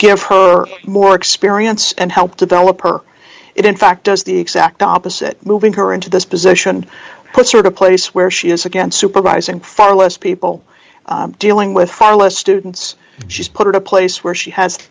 give her more experience and help develop her it in fact does the exact opposite moving her into this position sort of place where she is again supervising far less people dealing with far less students she's put into place where she has